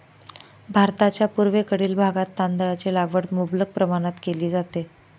भारताच्या पूर्वेकडील भागात तांदळाची लागवड मुबलक प्रमाणात केली जाते